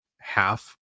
half